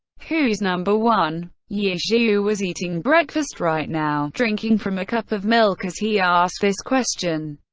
who's number one? ye xiu was eating breakfast right now, drinking from a cup of milk as he asked this question.